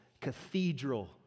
cathedral